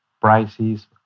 prices